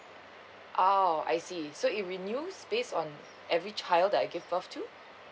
oh I see so if we new based on every child that give birth to